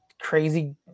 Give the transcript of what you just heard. Crazy